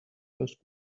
first